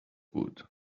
gut